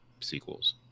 sequels